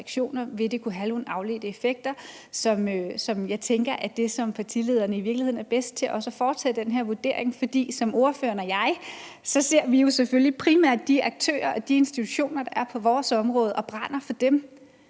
vil det kunne have nogle afledte effekter. Jeg tænker, at det i virkeligheden er partilederne, der er bedst til at foretage den her vurdering, for ordføreren og jeg ser jo selvfølgelig primært de aktører og de institutioner, der er på vores område, og vi brænder for dem,